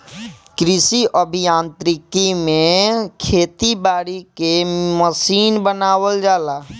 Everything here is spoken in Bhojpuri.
कृषि अभियांत्रिकी में खेती बारी के मशीन बनावल जाला